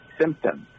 symptoms